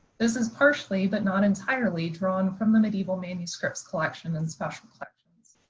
this is partially, but not entirely, drawn from the medieval manuscript collection in special collections.